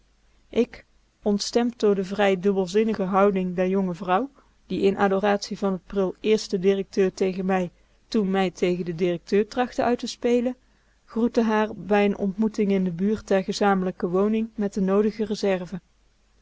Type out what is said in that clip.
ik ontstemd door de vrij dubbelzinnige houding der jonge vrouw die in adoratie van t prul eerst den directeur tegen mij toen mij tegen den directeur trachtte uit te spelen groette haar bij n ontmoeting in de buurt der gezamenlijke woning met de noodige reserve